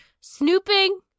Snooping